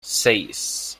seis